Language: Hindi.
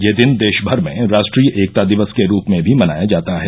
ये दिन देश भर में राष्ट्रीय एकता दिवस के रूप में भी मनाया जाता है